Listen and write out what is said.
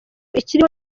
ikiriho